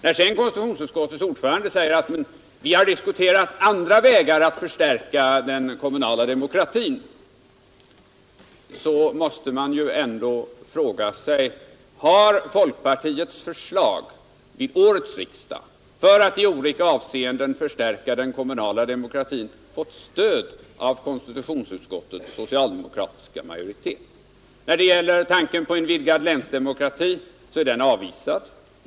När sedan konstitutionsutskottets ordförande säger att vi har diskuterat andra vägar för att förstärka den kommunala demokratin, måste man ändå fråga sig: Har folkpartiets förslag vid årets riksdag för att i olika avseenden förstärka den kommunala demokratin fått stöd av konstitutionsutskottets socialdemokratiska majoritet? Tanken på en vidgad länsdemokrati är avvisad.